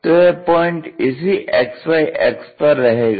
तो यह पॉइंट इसी XY अक्ष पर रहेगा